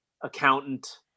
Accountant